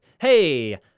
hey